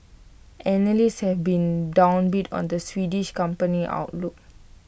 analysts have been downbeat on the Swedish company's outlook